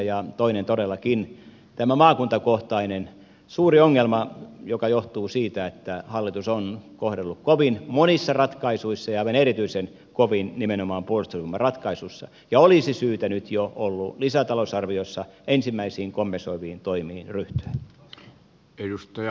ja toinen todellakin tämä maakuntakohtainen suuri ongelma joka johtuu siitä että hallitus on kohdellut monissa ratkaisuissa kovin ja aivan erityisen kovin nimenomaan puolustusvoimaratkaisuissa ja olisi syytä nyt jo ollut lisätalousarviossa ensimmäisiin kompensoiviin toimiin ryhtyä